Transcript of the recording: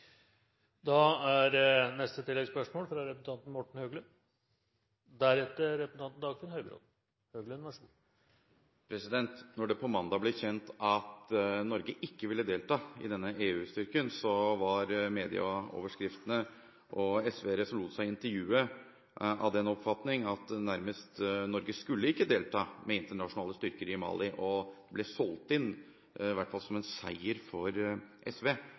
Morten Høglund – til oppfølgingsspørsmål. Da det på mandag ble kjent at Norge ikke ville delta i denne EU-styrken, var mediene og SV-ere som lot seg intervjue, nærmest av den oppfatning at Norge ikke skulle delta i internasjonale styrker i Mali. Det ble i hvert fall solgt inn som en seier for SV.